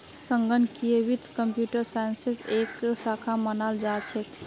संगणकीय वित्त कम्प्यूटर साइंसेर एक शाखा मानाल जा छेक